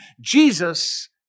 Jesus